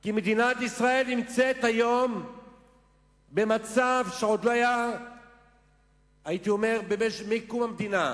כי מדינת ישראל נמצאת היום במצב שעוד לא היה מקום המדינה,